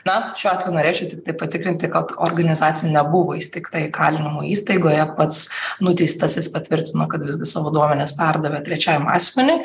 na šiuo atveju norėčiau tiktai patikrinti kad organizacija nebuvo įsteigta įkalinimo įstaigoje pats nuteistasis patvirtino kad visgi savo duomenis perdavė trečiajam asmeniui